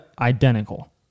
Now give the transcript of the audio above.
Identical